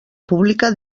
pública